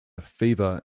fever